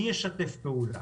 מי ישתף פעולה?